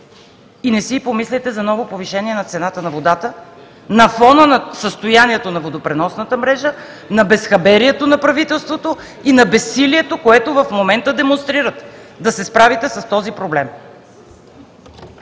И не си и помисляйте за ново повишение на цената на водата на фона на състоянието на водопреносната мрежа, на безхаберието на правителството и на безсилието, което в момента демонстрирате, да се справите с този проблем.